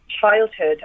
childhood